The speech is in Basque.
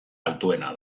altuena